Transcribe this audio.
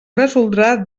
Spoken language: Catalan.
resoldrà